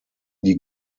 die